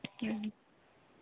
ᱚᱸᱻ